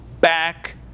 back